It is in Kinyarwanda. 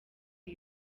iyo